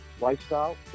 lifestyle